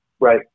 Right